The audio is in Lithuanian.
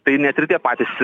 tai net ir tie patys